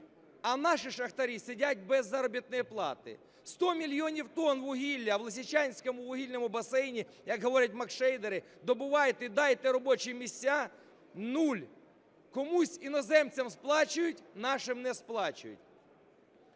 А наші шахтарі сидять без заробітної плати. Сто мільйонів тонн вугілля в Лисичанському вугільному басейні, як говорять, маркшейдери, добувайте і дайте робочі місця – нуль. Комусь, іноземцям, сплачують, нашим не сплачують.